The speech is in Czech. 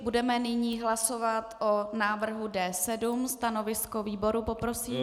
Budeme nyní hlasovat o návrhu D7. Stanovisko výboru poprosím.